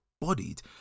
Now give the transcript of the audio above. bodied